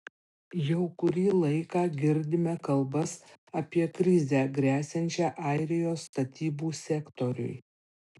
jau kurį laiką girdime kalbas apie krizę gresiančią airijos statybų sektoriui